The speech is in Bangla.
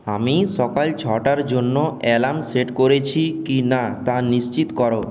আমি সকাল ছটার জন্য অ্যালার্ম সেট করেছি কিনা তা নিশ্চিত করো